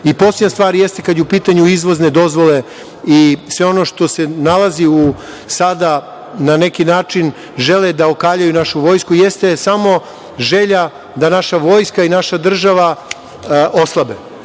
osnovama. Poslednja stvar, kada su u pitanju izvozne dozvole i sve ono što se nalazi, sada na neki način žele da okaljaju našu vojsku, jeste samo želja da naša vojska i naša država oslabe.